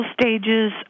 stages